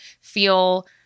feel